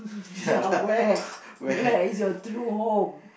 ya where where is your true home